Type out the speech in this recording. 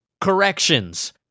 corrections